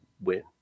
win